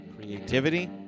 creativity